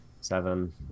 Seven